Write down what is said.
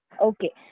Okay